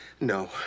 No